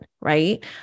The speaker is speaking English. right